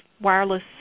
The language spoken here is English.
wireless